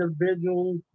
individuals